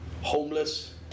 homeless